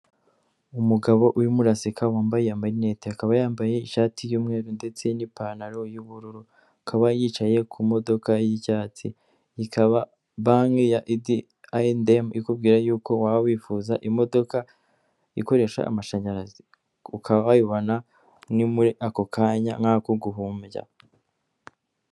Umugabo urimo uraseka raseka wambaye amarinete, akaba yambaye ishati y'umweru ndetse n'ipantaro y'ubururu, akaba yicaye ku modoka y'icyatsi, ikaba banki ya ayendemu ikubwira yuko waba wifuza imodoka ikoresha amashanyarazi ukaba wayibona muri ako kanya nk'ako guhumbya.